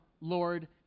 Lord